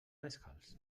descalç